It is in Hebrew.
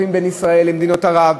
לפעמים בין ישראל למדינות ערב,